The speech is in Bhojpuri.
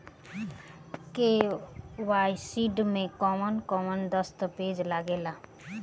के.वाइ.सी में कवन कवन दस्तावेज लागे ला?